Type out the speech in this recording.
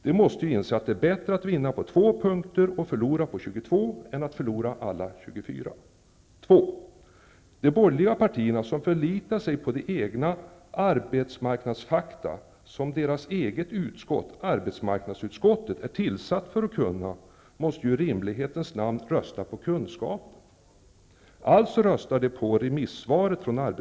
De måste ju inse, att det är bättre att vinna på två punkter och förlora på 22 än att förlora alla 24. 2. De borgerliga partierna som förlitar sig på de arbetsmarknadsfakta som deras eget utskott arbetsmarknadsutskottet - är tillsatt för att kunna måste ju i rimlighetens namn rösta på kunskapen.